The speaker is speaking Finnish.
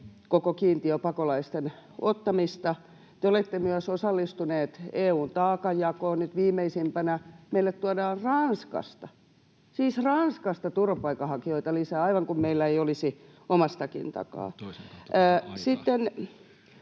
koko kiintiöpakolaisten ottamista. Te olette myös osallistuneet EU:n taakanjakoon. Nyt viimeisimpänä meille tuodaan Ranskasta — siis Ranskasta — turvapaikanhakijoita lisää, aivan kuin meillä ei olisi omastakin takaa. [Puhemies: